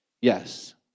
Yes